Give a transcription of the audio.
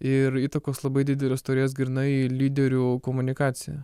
ir įtakos labai didelės turės grynai lyderių komunikacija